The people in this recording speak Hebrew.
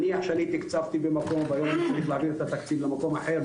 נניח שאני תקצבתי במקום והיום אני צריך להעביר את התקציב למקום אחר,